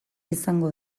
izango